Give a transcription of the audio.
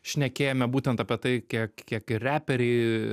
šnekėjome būtent apie tai kiek kiek ir reperiai